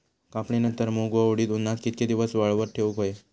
कापणीनंतर मूग व उडीद उन्हात कितके दिवस वाळवत ठेवूक व्हये?